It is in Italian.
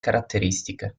caratteristiche